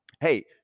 hey